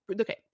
okay